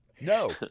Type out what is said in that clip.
No